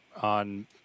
on